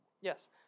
Yes